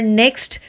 next